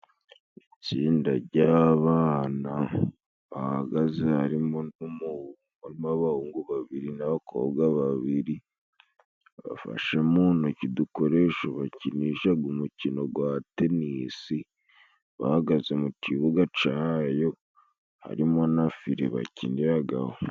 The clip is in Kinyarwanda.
Itsinda jy'abana bahagaze harimo n'abahungu babiri n'abakobwa babiri bafashe mu ntoki udukoresho bakinishaga umukino gwa tenisi, bahagaze mu kibuga cayo harimo na file bakiniragaho.